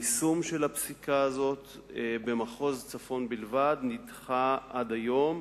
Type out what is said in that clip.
יישום הפסיקה הזאת במחוז הצפון בלבד נדחה עד היום,